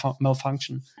malfunction